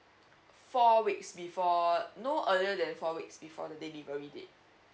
four weeks before no earlier than four weeks before the delivery date